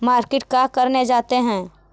Market का करने जाते हैं?